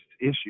issue